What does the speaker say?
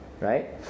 Right